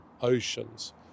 oceans